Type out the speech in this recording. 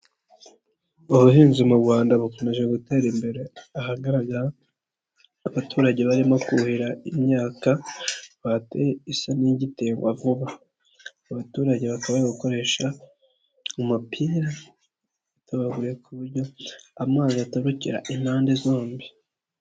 Ubuhinzi mu Rwanda bukomeje gutera imbere ahagaragara abaturage barimo kuhira imyaka bateye isa n'igiterwa vuba, abaturage ba baka gukoresha umupira bitabaguyeye ku buryo amazi atarukira impande zombi.